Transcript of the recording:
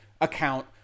account